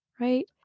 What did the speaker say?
Right